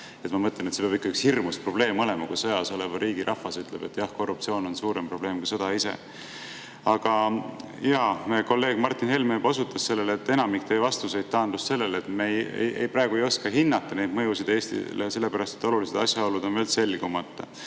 Ma mõtlen, et see peab üks hirmus probleem olema, kui sõjas oleva riigi rahvas ütleb, et korruptsioon on suurem probleem kui sõda ise. Aga hea kolleeg Martin Helme juba osutas, et enamik teie vastuseid taandus sellele, et me praegu ei oska hinnata neid mõjusid Eestile, sellepärast et olulised asjaolud on selgumata.